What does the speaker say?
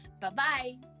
Bye-bye